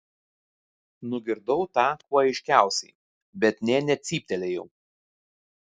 nugirdau tą kuo aiškiausiai bet nė necyptelėjau